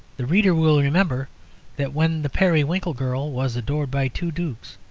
the reader will remember that when the periwinkle-girl was adored by two dukes,